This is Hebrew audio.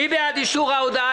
מי בעד אישור ההודעה?